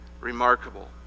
remarkable